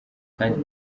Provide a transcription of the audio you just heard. kandi